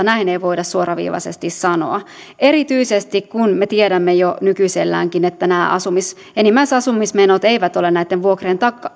näin ei voida suoraviivaisesti sanoa erityisesti kun me tiedämme jo nykyiselläänkin että nämä enimmäisasumismenot eivät ole näitten vuokrien